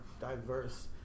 diverse